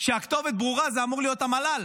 שהכתובת ברורה, זה אמור להיות המל"ל.